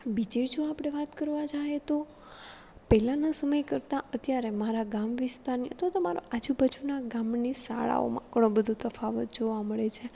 બીજે જો આપણે વાત કરવા જઈએ તો પહેલાના સમય કરતા અત્યારે મારા ગામ વિસ્તારની અથવા તો મારા આજુબાજુના ગામની શાળાઓમાં ઘણો બધો તફાવત જોવા મળે છે